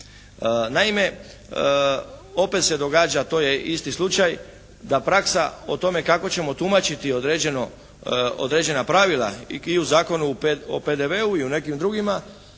Naime opet se događa, to je isti slučaj, da praksa o tome kako ćemo tumačiti određena pravila i u Zakonu o PDV-u i o nekim drugima